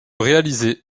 réaliser